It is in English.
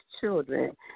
children